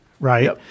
right